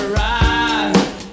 ride